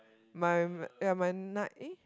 my yeah my nine eh